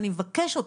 אני מבקש אותך,